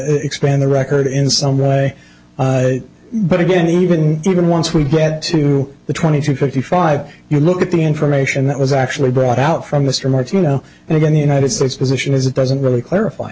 expand the record in some way but again even even once we get to the twenty to thirty five you look at the information that was actually brought out from mr martino and again the united states position is it doesn't really clarify